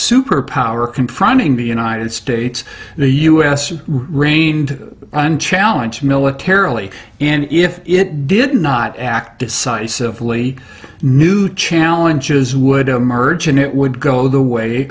superpower confronting the united states the u s has reigned and challenge militarily and if it did not act decisively new challenges would emerge and it would go the way